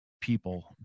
people